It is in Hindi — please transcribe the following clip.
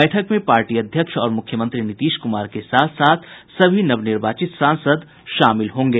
बैठक में पार्टी अध्यक्ष और मूख्यमंत्री नीतीश कुमार के साथ साथ सभी नवनिर्चाचित सांसद शामिल होंगे